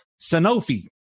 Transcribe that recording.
Sanofi